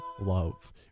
love